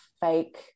fake